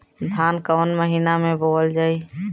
धान कवन महिना में बोवल जाई?